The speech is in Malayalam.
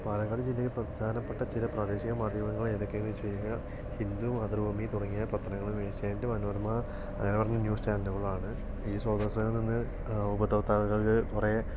പാലക്കാട് ജില്ലയിലെ പ്രധാനപ്പെട്ട ചില പ്രാദേശിക മാധ്യമങ്ങൾ ഏതൊക്കെയെന്ന് ചോദിച്ച് കഴിഞ്ഞാൽ ഹിന്ദു മാതൃഭൂമി തുടങ്ങിയ പത്രങ്ങളും ഏഷ്യാനെറ്റ് മനോരമ അങ്ങനെ പറഞ്ഞ ന്യൂസ് ചാനലുകളാണ് ഈ ശ്രോതസ്സുകളിൽ നിന്ന് ഉപഭോക്താക്കൾക്ക് കുറെ